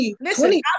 Listen